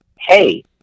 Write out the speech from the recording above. hey